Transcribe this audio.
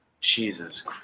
Jesus